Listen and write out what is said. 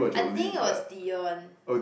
I think it was Dion